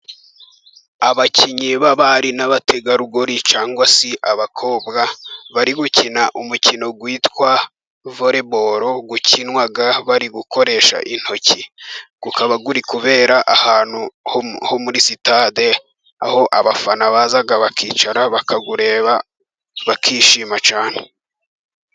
Abakinnyi b'abari n'abategarugori cyangwa se abakobwa, bari gukina umukino witwa voreboro ukinwa, bari gukoresha intoki, ukaba uri kubera ahantu ho muri sitade, aho abafana baza bakicara bakawureba bakishima cyane.